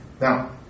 Now